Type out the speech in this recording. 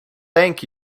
thank